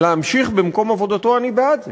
להמשיך במקום עבודתו, אני בעד זה.